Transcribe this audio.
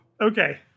Okay